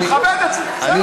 אני מכבד את זה, בסדר.